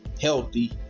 healthy